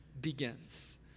begins